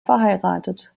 verheiratet